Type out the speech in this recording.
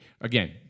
again